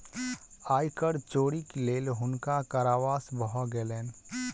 आय कर चोरीक लेल हुनका कारावास भ गेलैन